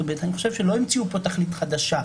אני חושב שלא המציאו פה תכלית חדשה,